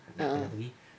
a'ah